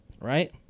Right